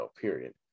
period